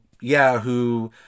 Yahoo